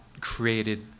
created